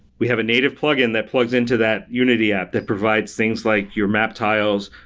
we have a native plug-in that plugs into that unity app that provides things like your map tiles,